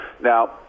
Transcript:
Now